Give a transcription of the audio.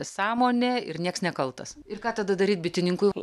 sąmonė ir nieks nekaltas ir ką tada daryt bitininkui